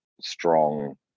strong